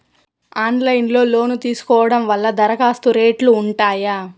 Online లో loan తీసుకోవడం వల్ల దరఖాస్తు రేట్లు ఉంటాయా?